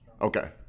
Okay